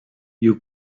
you